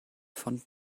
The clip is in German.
von